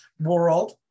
world